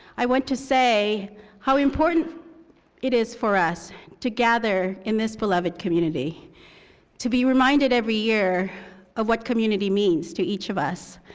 i want to say how important it is for us to gather in this beloved community to be reminded every year of what community means to each of us.